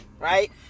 right